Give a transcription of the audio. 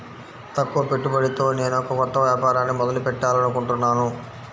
తక్కువ పెట్టుబడితో నేనొక కొత్త వ్యాపారాన్ని మొదలు పెట్టాలనుకుంటున్నాను